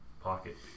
pocket